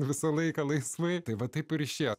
visą laiką laisvai tai va taip ir išėjo